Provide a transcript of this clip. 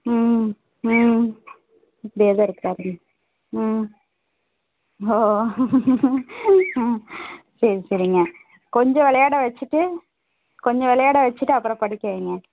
ம்ம் ம் இப்படியேதான் இருக்காருங்க ம் ஓ ம் சரி சரிங்க கொஞ்சம் விளையாட வைச்சிட்டு கொஞ்சம் விளையாட வைச்சிட்டு அப்புறம் படிக்க வையுங்க